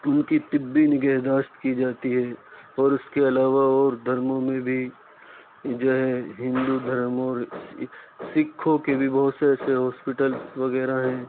ان کی طبّی نگہداشت کی جاتی ہے اور اس کے علاوہ اور دھرموں میں بھی جو ہے ہندو دھرم اور سکھوں کے بھی بہت سے ایسے ہاسپٹلس وغیرہ ہیں